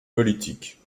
politique